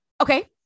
okay